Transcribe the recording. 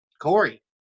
Corey